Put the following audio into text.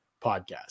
podcast